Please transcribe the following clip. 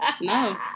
No